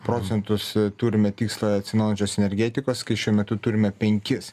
procentus e turime tikslą atsinaujinančios energetikos kai šiuo metu turime penkis